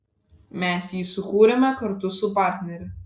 mes jį sukūrėme kartu su partnere